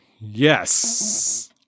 Yes